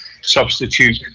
substitute